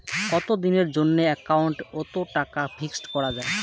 কতদিনের জন্যে একাউন্ট ওত টাকা ফিক্সড করা যায়?